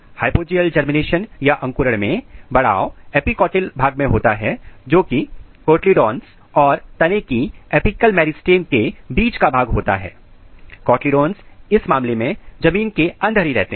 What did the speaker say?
hypogeal अंकुरण मैं बढ़ाव एपिकोटिल भाग में होता है जोकि कोटलीडांस और तने की एपिकल मेरिस्टम्स के बीच का भाग होता है कोटलीडांस इस मामले में जमीन के अंदर ही रहते हैं